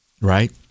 Right